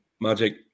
magic